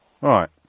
right